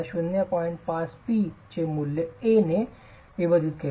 5 P चे हे मूल्य A ने विभाजित केले